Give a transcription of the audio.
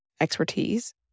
expertise